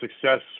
success